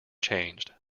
changed